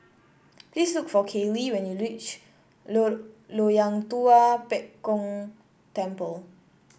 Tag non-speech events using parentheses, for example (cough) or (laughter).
(noise) please look for Kailey when you reach (unintelligible) Loyang Tua Pek Kong Temple